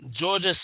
Georgia